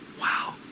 Wow